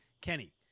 Kenny